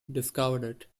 discovered